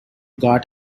got